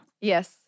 Yes